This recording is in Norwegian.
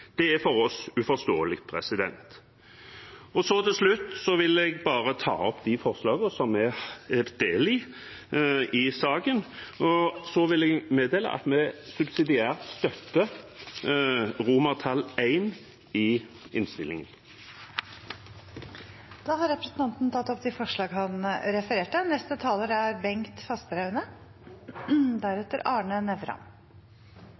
Det er for oss uforståelig. Til slutt vil jeg bare ta opp de forslagene vi er del i i saken, og så vil jeg meddele at vi subsidiært støtter I i innstillingen. Representanten Øystein Langholm Hansen har tatt opp de forslagene han refererte til. Luftfarten utgjør en helt sentral del av transporttilbudet i hele landet og er